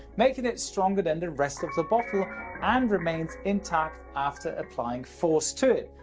making it stronger than the rest of the bottle and remains intact after applying force to it,